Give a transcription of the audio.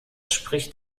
spricht